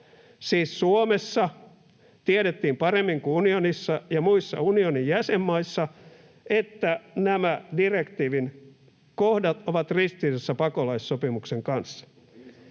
Suomessa tiedettiin paremmin kuin unionissa ja muissa unionin jäsenmaissa, että nämä direktiivin kohdat ovat ristiriidassa pakolaissopimuksen kanssa.